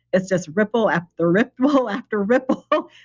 it's just ripple after ripple after ripple, so